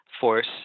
force